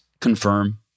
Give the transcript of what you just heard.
confirm